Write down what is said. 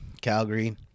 Calgary